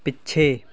ਪਿੱਛੇ